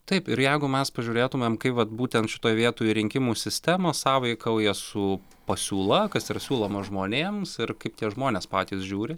taip ir jeigu mes pažiūrėtumėm kaip vat būtent šitoj vietoj rinkimų sistemos sąveikauja su pasiūla kas yra siūloma žmonėms ir kaip tie žmonės patys žiūri